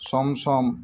chamcham